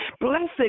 Blessed